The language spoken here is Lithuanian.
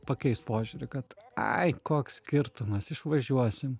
pakeist požiūrį kad ai koks skirtumas išvažiuosim